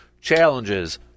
challenges